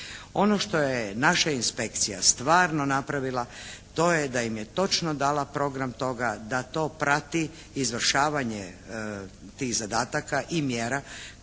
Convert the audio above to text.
Ono što je naša inspekcija stvarno napravila to je da im je točno dala program toga da to prati izvršavanje tih zadataka i mjera